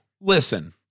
Listen